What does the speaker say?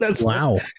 Wow